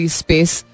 space